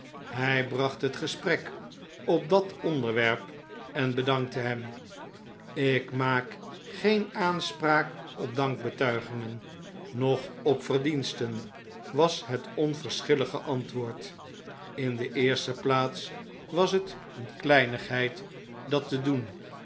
hjj bracht het gesprek op dat onderwerp en bedankte hem ik maak geen aanspraak op dankbetuigingen noch op verdiensten was het onverschillige antwoord in de eerste plaats was het eene kleinigheid dat te doen